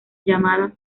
llamada